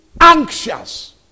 anxious